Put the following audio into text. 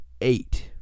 eight